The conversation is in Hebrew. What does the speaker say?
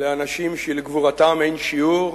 לאנשים שלגבורתם אין שיעור.